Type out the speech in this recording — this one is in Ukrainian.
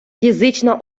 фізична